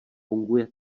funguje